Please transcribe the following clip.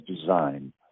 design